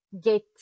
get